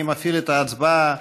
אני מפעיל את ההצבעה